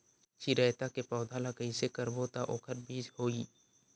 चिरैता के पौधा ल कइसे करबो त ओखर बीज होई?